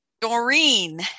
Doreen